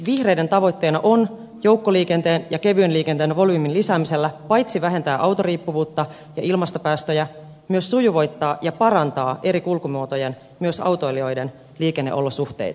vihreiden tavoitteena on joukkoliikenteen ja kevyen liikenteen volyymin lisäämisellä paitsi vähentää autoriippuvuutta ja ilmastopäästöjä myös sujuvoittaa ja parantaa eri kulkumuotojen myös autoilijoiden liikenneolosuhteita